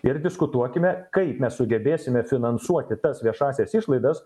ir diskutuokime kaip mes sugebėsime finansuoti tas viešąsias išlaidas